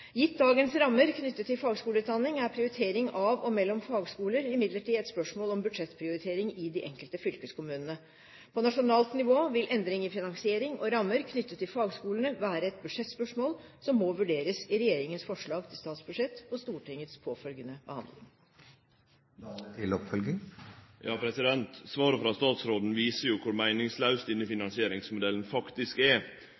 Gitt dagens rammer knyttet til fagskoleutdanning, er prioritering av og mellom fagskoler imidlertid et spørsmål om budsjettprioritering i de enkelte fylkeskommunene. På nasjonalt nivå vil endring i finansiering og rammer knyttet til fagskolene være et budsjettspørsmål som må vurderes i regjeringens forslag til statsbudsjett og Stortingets påfølgende behandling. Svaret frå statsråden viser kor meiningslaus denne finansieringsmodellen faktisk er. For det er jo